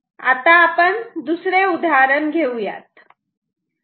आता आपण दुसरे उदाहरण घेऊयात